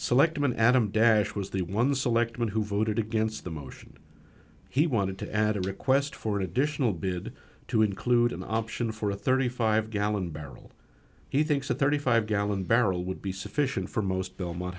selectman adam dash was the one selectman who voted against the motion he wanted to add a request for an additional bid to include an option for a thirty five gallon barrel he thinks a thirty five gallon barrel would be sufficient for most b